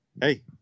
hey